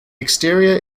exterior